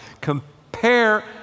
Compare